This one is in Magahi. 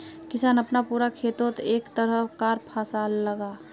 किसान अपना पूरा खेतोत एके तरह कार फासला लगाः